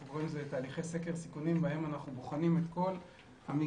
אנחנו קוראים לזה תהליכי סקר סיכונים בהם אנחנו בוחנים את כל המגזרים,